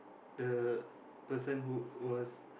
the person who was